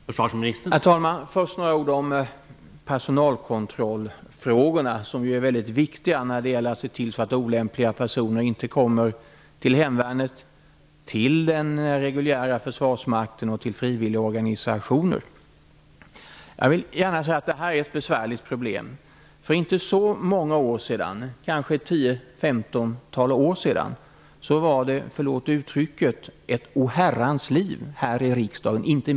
Herr talman! Först några ord om personalkont rollfrågorna, som är väldigt viktiga när det gäller att se till att olämpliga personer inte kommer till hemvärnet, den reguljära försvarsmakten och fri villigorganisationer. Jag vill gärna säga att det här är ett besvärligt problem. För inte så många år se dan, kanske 10--15 år, var det -- förlåt uttrycket -- ett oherrans liv i den här kammaren.